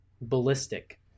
ballistic